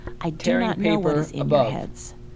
i do not know what is in your heads,